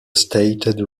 stated